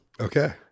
Okay